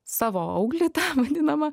savo auglį tą vadinamą